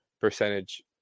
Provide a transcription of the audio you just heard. percentage